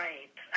Right